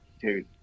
dude